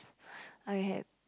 I had